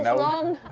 and long.